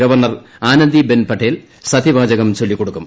governor Anandiben Patel സത്യവാചകം ചൊല്ലിക്കൊടുക്കും